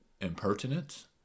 impertinence